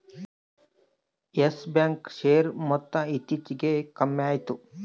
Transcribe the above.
Yes bank share ಮೊತ್ತ ಇತ್ತೀಚಿಗೆ ಕಮ್ಮ್ಯಾತು